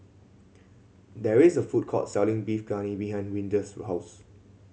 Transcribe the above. there is a food court selling Beef Galbi behind Windell's house